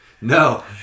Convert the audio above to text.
No